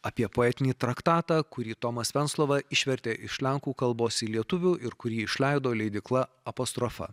apie poetinį traktatą kurį tomas venclova išvertė iš lenkų kalbos į lietuvių ir kurį išleido leidykla apostrofa